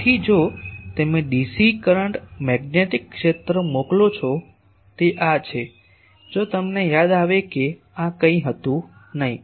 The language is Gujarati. તેથી જો તમે ડીસી કરંટ મેગ્નેટિક ક્ષેત્ર મોકલો છો તે આ છે જો તમને યાદ આવે કે આ કંઈ હતું નહીં